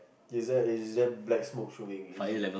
is that is that black smoke fuming